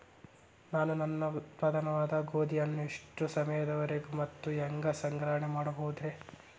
ನಾನು ನನ್ನ ಉತ್ಪನ್ನವಾದ ಗೋಧಿಯನ್ನ ಎಷ್ಟು ಸಮಯದವರೆಗೆ ಮತ್ತ ಹ್ಯಾಂಗ ಸಂಗ್ರಹಣೆ ಮಾಡಬಹುದುರೇ?